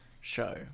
show